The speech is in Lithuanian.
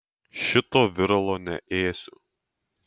šito viralo neėsiu